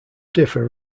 differ